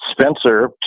Spencer